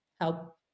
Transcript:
help